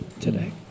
today